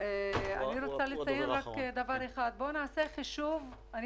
אני רוצה לציין רק דבר אחד: בואו נעשה חישוב אני